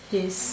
his